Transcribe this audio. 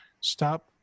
Stop